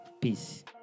Peace